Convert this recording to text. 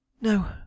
No